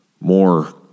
more